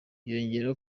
yongera